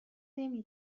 نمی